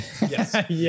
Yes